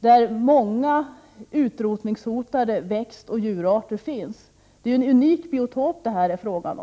där många utrotningshotade växtoch djurarter finns? Det är ju en unik biotop det här är fråga om.